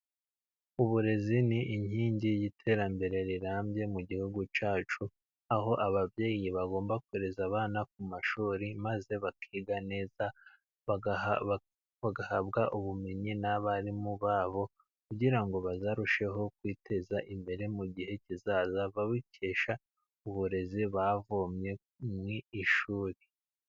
Uburezi ni inkingi y'iterambere rirambye, mu gihugu cyacu, aho ababyeyi bagomba, koreza abana kumashuri, maze bakiga neza, bagahabwa ubumenyi n'abarimu babo, kugirango bazarusheho kwiteza imbere, mu gihe kizaza, babikesha uburezi bavomye, mu ishuri.